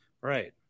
Right